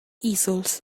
easels